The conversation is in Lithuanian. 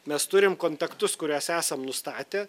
mes turim kontaktus kuriuos esam nustatę